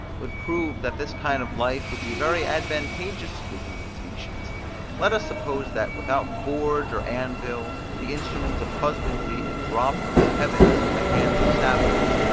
would prove that this kind of life would be very advantageous to the human species let us suppose that, without forge or anvil, the instruments of husbandry had dropped from the heavens into the hands of savages,